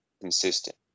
consistent